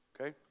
Okay